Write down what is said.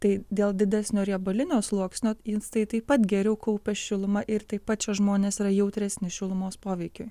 tai dėl didesnio riebalinio sluoksnio inkstai taip pat geriau kaupia šilumą ir taip pat šie žmonės yra jautresni šilumos poveikiui